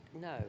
no